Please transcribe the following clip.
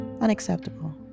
unacceptable